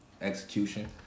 Execution